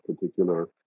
particular